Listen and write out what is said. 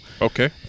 Okay